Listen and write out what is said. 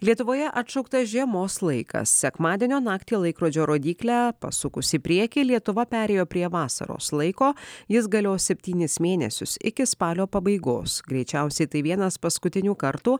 lietuvoje atšaukta žiemos laikas sekmadienio naktį laikrodžio rodyklę pasukus į priekį lietuva perėjo prie vasaros laiko jis galios septynis mėnesius iki spalio pabaigos greičiausiai tai vienas paskutinių kartų